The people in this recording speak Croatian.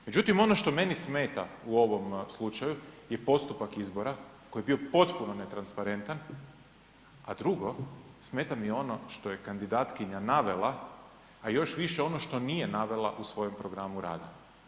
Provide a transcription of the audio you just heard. Međutim, ono što meni smeta u ovom slučaju je postupak izbora koji je bio potpuno netransparentan, a drugo smeta mi ono što je kandidatkinja navela, a još više ono što nije navela u svojem programu rada.